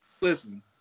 Listen